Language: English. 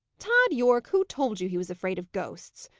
tod yorke, who told you he was afraid of ghosts?